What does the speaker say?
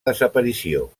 desaparició